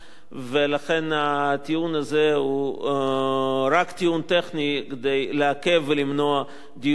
ולכן הטיעון הזה הוא רק טיעון טכני כדי לעכב ולמנוע דיון ציבורי.